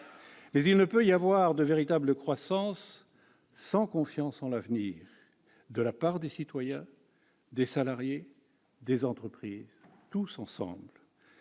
Mais il ne peut y avoir de véritable croissance sans confiance en l'avenir, de la part des citoyens, des salariés, des entreprises, tous ensemble.